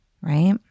right